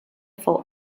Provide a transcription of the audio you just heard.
fou